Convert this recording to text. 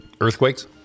Earthquakes